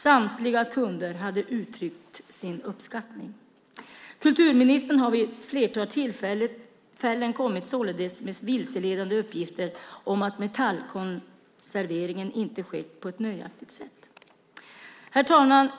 Samtliga kunder hade uttryckt sin uppskattning. Kulturministern har således vid ett flertal tillfällen kommit med vilseledande uppgifter om att metallkonserveringen inte skett på ett nöjaktigt sätt. Herr talman!